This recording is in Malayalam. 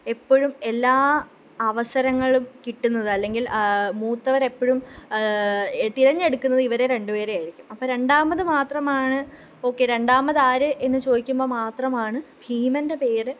എപ്പഴും എല്ലാ അവസരങ്ങളും കിട്ടുന്നത് അല്ലെങ്കില് മൂത്തവരെപ്പഴും തിരഞ്ഞെടുക്കുന്നത് ഇവരെ രണ്ടു പേരെ ആയിരിക്കും അപ്പം രണ്ടാമത് മാത്രമാണ് ഓക്കെ രണ്ടാമതാര് എന്ന് ചോദിക്കുമ്പോൾ മാത്രമാണ് ഭീമന്റെ പേര്